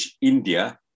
India